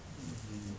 mmhmm